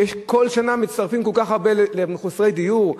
כשכל שנה מצטרפים כל כך הרבה מחוסרי דיור.